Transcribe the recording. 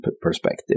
perspective